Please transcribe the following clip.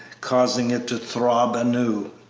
causing it to throb anew.